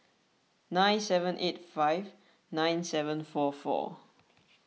nine seven eight five nine seven four four